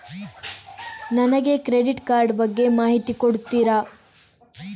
ನನಗೆ credit card ಬಗ್ಗೆ ಮಾಹಿತಿ ಕೊಡುತ್ತೀರಾ?